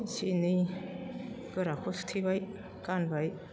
एसे एनै गोराखौ सुथेबाय गानबाय